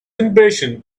impatient